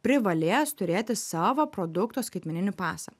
privalės turėti savo produkto skaitmeninį pasą